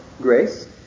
grace